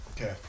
Okay